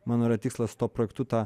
mano yra tikslas tuo projektu tą